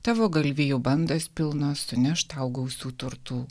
tavo galvijų bandos pilnos suneš tau gausų turtų